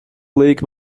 lake